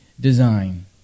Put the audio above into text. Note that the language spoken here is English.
design